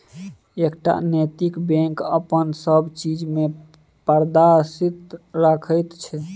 एकटा नैतिक बैंक अपन सब चीज मे पारदर्शिता राखैत छै